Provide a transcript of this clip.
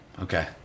Okay